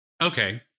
Okay